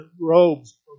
robes